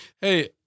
Hey